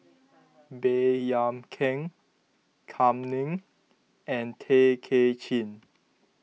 Baey Yam Keng Kam Ning and Tay Kay Chin